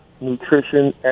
nutrition